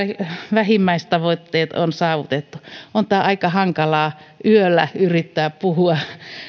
vähimmäistavoitteet on saavutettu on tämä aika hankalaa yöllä yrittää puhua